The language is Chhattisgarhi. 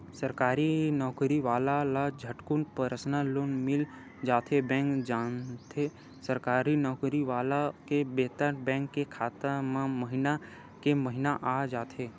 सरकारी नउकरी वाला ल झटकुन परसनल लोन मिल जाथे बेंक जानथे सरकारी नउकरी वाला के बेतन बेंक के खाता म महिना के महिना आ जाथे